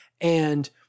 And-